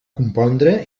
compondre